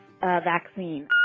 vaccine